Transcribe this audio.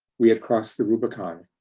we had crossed the rubicon.